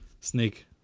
Snake